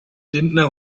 lindner